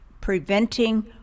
preventing